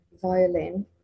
violin